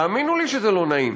תאמינו לי שזה לא נעים,